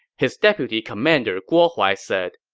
his deputy commander guo huai said,